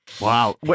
Wow